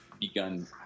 begun